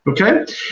Okay